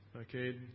Okay